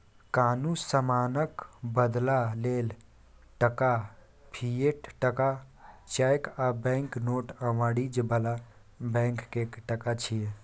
कुनु समानक बदला लेल टका, फिएट टका, चैक आ बैंक नोट आ वाणिज्य बला बैंक के टका छिये